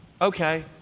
Okay